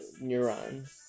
neurons